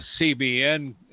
CBN